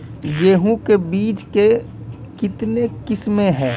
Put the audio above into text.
गेहूँ के बीज के कितने किसमें है?